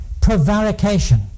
prevarication